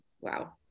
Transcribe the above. wow